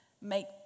make